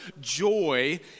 joy